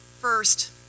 First